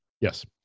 Yes